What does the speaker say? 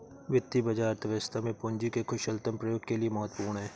वित्तीय बाजार अर्थव्यवस्था में पूंजी के कुशलतम प्रयोग के लिए महत्वपूर्ण है